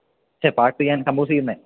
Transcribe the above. ച്ചെ പാട്ട് ഞാൻ കമ്പോസ് ചെയ്യുമെന്നേ